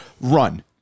Run